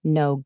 no